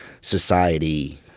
society